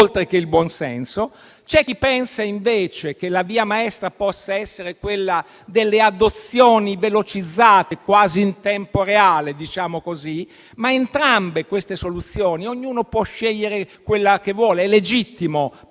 oltreché il buonsenso. C'è chi pensa, invece, che la via maestra possa essere quella delle adozioni velocizzate, quasi in tempo reale. Queste soluzioni (ognuno può scegliere quella che vuole, in quanto